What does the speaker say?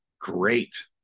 great